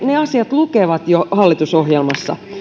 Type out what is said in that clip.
ne asiat lukevat jo hallitusohjelmassa